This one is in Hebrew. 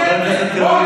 חבר הכנסת קריב,